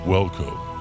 Welcome